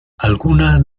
algunas